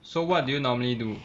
so what do you normally do